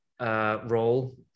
role